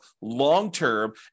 long-term